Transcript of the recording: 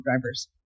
drivers